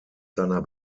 seiner